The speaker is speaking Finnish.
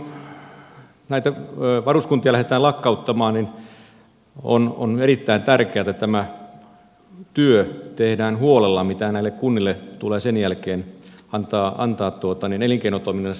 kun näitä varuskuntia lähdetään lakkauttamaan niin on erittäin tärkeätä että tehdään huolella tämä työ millä näille kunnille tulee sen jälkeen antaa elinkeinotoiminnallista apua